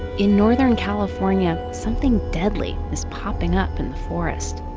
in northern california, something deadly is popping up in the forest.